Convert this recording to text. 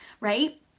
right